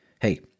Hey